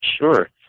Sure